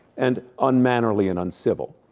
and unmannerly and uncivil.